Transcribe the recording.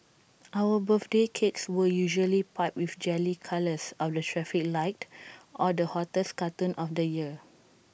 our birthday cakes were usually piped with jelly colours of the traffic light or the hottest cartoon of the year